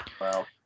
Wow